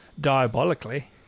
diabolically